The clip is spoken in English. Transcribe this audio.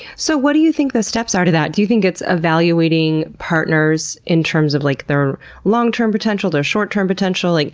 so what do you think the steps are to that? do you think it's evaluating partners in terms of like their long-term potential? their short-term potential? like